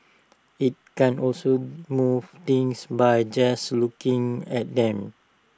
IT can also move things by just looking at them